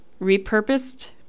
repurposed